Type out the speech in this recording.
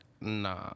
nah